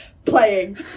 playing